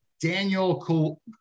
Daniel